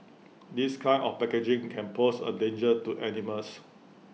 this kind of packaging can pose A danger to animals